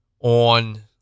on